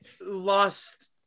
lost